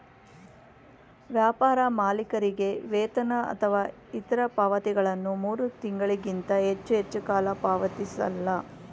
ವ್ಯಾಪಾರ ಮಾಲೀಕರಿಗೆ ವೇತನ ಅಥವಾ ಇತ್ರ ಪಾವತಿಗಳನ್ನ ಮೂರು ತಿಂಗಳಿಗಿಂತ ಹೆಚ್ಚು ಹೆಚ್ಚುಕಾಲ ಪಾವತಿಸಲ್ಲ